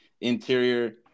Interior